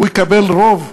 הוא יקבל רוב.